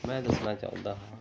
ਮੈਂ ਦੱਸਣਾ ਚਾਹੁੰਦਾ ਹਾਂ